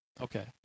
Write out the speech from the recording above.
Okay